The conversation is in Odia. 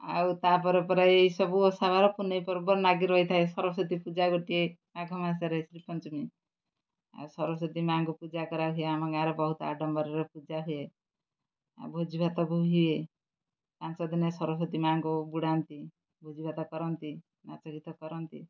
ଆଉ ତାପରେ ପରେ ଏଇସବୁ ଓଷା ପୁନେଇଁ ପର୍ବ ଲାଗି ରହିଥାଏ ସରସ୍ଵତୀ ପୂଜା ଗୋଟିଏ ମାଘ ମାସରେ ଶ୍ରୀପଞ୍ଚୀ ଆଉ ସରସ୍ଵତୀ ମା'ଙ୍କୁ ପୂଜା କରାହୁଏ ଆମ ଗାଁର ବହୁତ ଆଡ଼ମ୍ବରରେ ପୂଜା ହୁଏ ଆଉ ଭୋଜି ଭାତ ହୁଏ ପାଞ୍ଚ ଦିନେ ସରସ୍ଵତୀ ମା'ଙ୍କୁ ବୁଡ଼ାନ୍ତି ଭୋଜି ଭାତ କରନ୍ତି ନାଚ ଗୀତ କରନ୍ତି